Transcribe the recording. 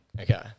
Okay